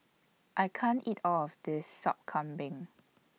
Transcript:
I can't eat All of This Sop Kambing